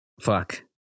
fuck